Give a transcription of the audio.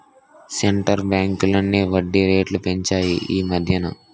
centre బ్యాంకులన్నీ వడ్డీ రేట్లు పెంచాయి ఈమధ్యన